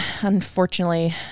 Unfortunately